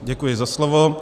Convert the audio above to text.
Děkuji za slovo.